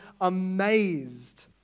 amazed